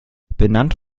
benannt